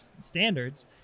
standards